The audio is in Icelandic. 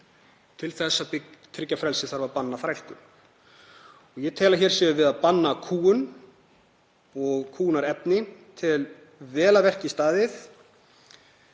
Til þess að tryggja frelsi þarf að banna þrælkun. Ég tel að hér séum við að banna kúgun og kúgunarefni, og ég tel vel að verki staðið.